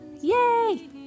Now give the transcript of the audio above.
yay